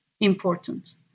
important